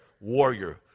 warrior